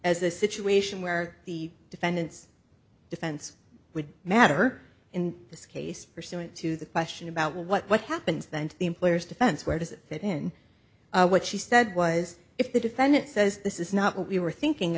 as a situation where the defendant's defense would matter in this case pursuant to the question about what happens then to the employer's defense where does it fit in what she said was if the defendant says this is not what we were thinking